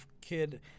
kid